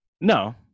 No